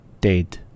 Dead